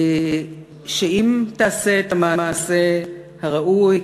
שאם תעשה את המעשה הראוי,